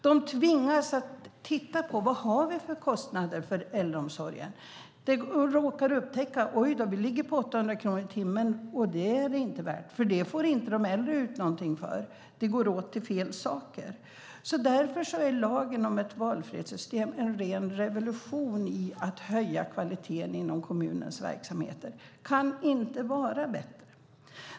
De tvingas att titta på vilka kostnader de har för äldreomsorgen. De kanske råkar upptäcka: Oj då, vi ligger på 800 kronor i timmen, och det är det inte värt. För det får inte de äldre ut någonting. Det går åt till fel saker. Därför är lagen om valfrihetssystem en ren revolution i fråga om att höja kvaliteten inom kommunens verksamheter. Det kan inte vara bättre.